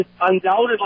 undoubtedly